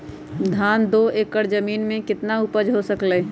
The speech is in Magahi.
धान दो एकर जमीन में कितना उपज हो सकलेय ह?